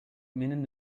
менен